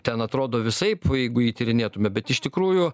ten atrodo visaip o jeigu jį tyrinėtume bet iš tikrųjų